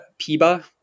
Piba